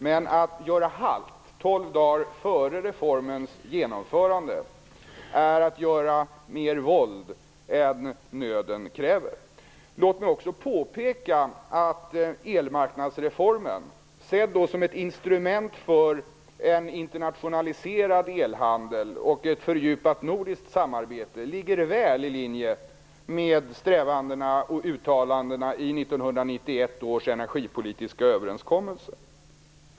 Men att göra halt tolv dagar före reformens genomförande är att göra mer våld än nöden kräver. Låt mig också påpeka att elmarknadsreformen, sedd som ett instrument för en internationaliserad elhandel och ett fördjupat nordiskt samarbete, ligger väl i linje med strävandena och uttalandena i 1991 års energipolitiska överenskommelse.